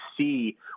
see